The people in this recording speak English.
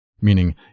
Meaning